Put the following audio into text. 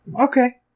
Okay